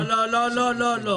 לא, לא, לא.